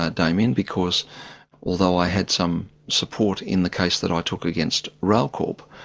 ah damien, because although i had some support in the case that i took against rail corp,